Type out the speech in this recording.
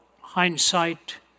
Hindsight